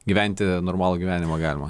gyventi normalų gyvenimą galima